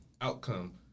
outcome